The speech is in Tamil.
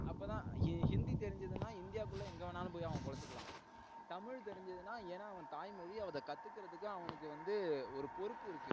அப்போ தான் ஹிந்தி தெரிஞ்சிதுனா இந்தியாவுக்குள்ள எங்கே வேணாலும் அவன் போய் பொழைச்சிக்கலாம் தமிழ் தெரிஞ்சுதுனா ஏன்னா அவன் தாய் மொழி அதை கத்துக்கிறதுக்கு அவனுக்கு வந்து ஒரு பொறுப்பு இருக்கு